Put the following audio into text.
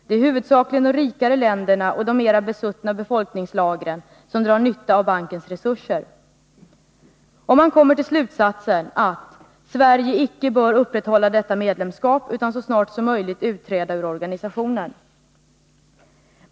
Det är huvudsakligen de rikare länderna och de mera besuttna befolkningslagren som drar nytta av bankens resurser.” Och man kommer till slutsatsen att ”Sverige icke bör upprätthålla detta medlemskap utan så snart som möjligt utträda ur organisationen”.